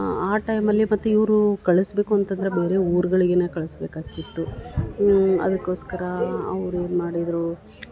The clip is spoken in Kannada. ಆ ಟೈಮಲ್ಲಿ ಮತ್ತು ಇವರೂ ಕಳಿಸಬೇಕು ಅಂತಂದ್ರ ಬೇರೆ ಊರ್ಗಳಿಗೆನೆ ಕಳಿಸಬೇಕಾಗಿತ್ತು ಅದಕ್ಕೋಸ್ಕರ ಅವ್ರ ಏನು ಮಾಡಿದರೂ